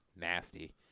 nasty